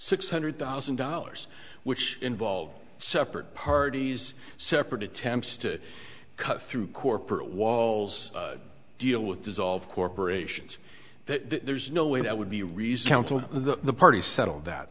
six hundred thousand dollars which involved separate parties separate attempts to cut through corporate walls deal with dissolve corporations that there's no way that would be a result of the parties settle that